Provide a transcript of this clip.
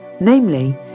namely